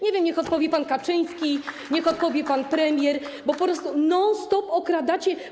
Nie wiem, niech odpowie pan Kaczyński, niech odpowie pan premier, bo po prostu non stop okradacie.